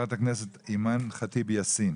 חברת הכנסת אימאן ח'טיב יאסין,